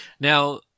Now